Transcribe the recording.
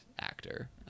actor